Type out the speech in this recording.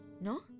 ¿No